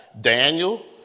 Daniel